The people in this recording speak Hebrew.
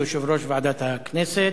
שהוא יושב-ראש ועדת הכנסת.